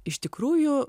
iš tikrųjų